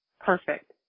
Perfect